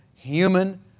Human